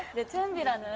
it's um good. i'm